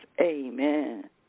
Amen